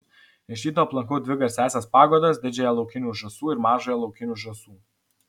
iš ryto aplankau dvi garsias pagodas didžiąją laukinių žąsų ir mažąją laukinių žąsų